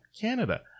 Canada